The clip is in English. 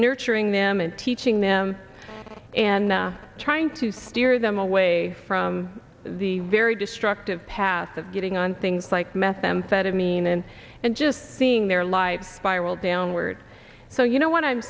nurturing them and teaching them and trying to steer them away from the very destructive path of getting on things like methamphetamine and and just seeing their life spiral downward so you know what i'm